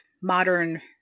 modern